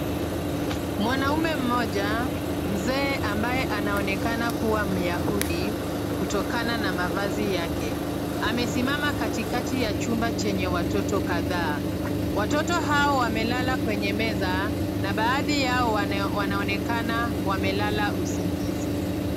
Mwanaume moja, mzee ambaye anaonekana kuwa myahudi kutokana na mavazi yake. Amesimama katikati ya chumba chenye watoto kadhaa. Watoto hawa wamelala kwenye meza na baadhi yao wanaonekana wamelala usingizi.